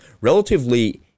relatively